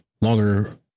longer